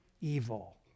evil